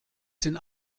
sind